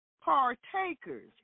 partakers